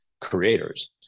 creators